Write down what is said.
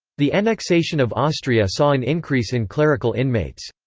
the annexation of austria saw an increase in clerical inmates.